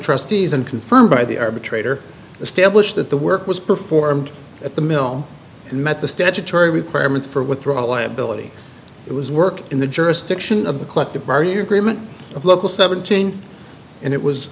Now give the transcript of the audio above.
trustees and confirmed by the arbitrator established that the work was performed at the mill and met the statutory requirements for withdrawal liability it was work in the jurisdiction of the collective bargaining agreement of local seventeen and it was